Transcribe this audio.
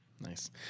Nice